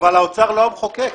אבל האוצר לא המחוקק.